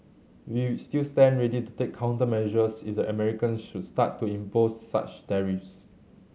we still stand ready to take countermeasures if the Americans should start to impose such tariffs